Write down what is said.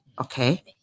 Okay